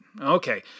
okay